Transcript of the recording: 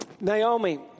Naomi